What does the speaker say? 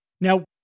Now